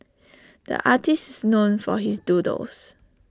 the artist is known for his doodles